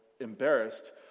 embarrassed